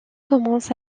commence